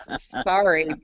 sorry